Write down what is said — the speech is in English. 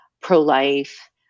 pro-life